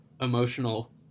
emotional